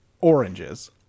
oranges